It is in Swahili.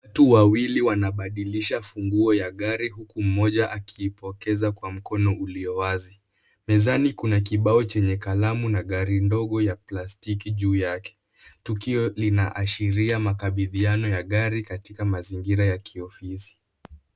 Watu wawili wanabadilisha funguo ya gari huku mmoja akiipokeza kwa mkono ulio wazi. Mezani kuna kibao chenye kalamu na gari ndogo ya plastiki juu yake. Tukio linaashiria makabidhiano ya gari katika mazingira ya kiofisi.